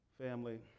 Family